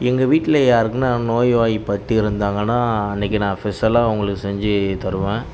எங்கள் வீட்டில் யாருக்குனால் நோய்வாய்ப்பட்டிருந்தாங்கன்னால் அன்னிக்கி நான் ஃபெஷலாக அவங்களுக்கு செஞ்சுத் தருவேன்